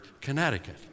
Connecticut